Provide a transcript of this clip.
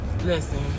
listen